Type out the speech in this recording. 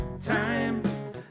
time